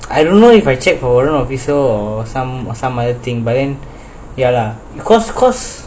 I don't know if I check for warrant officer or some or some other thing but then ya lah because cause